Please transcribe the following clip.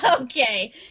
Okay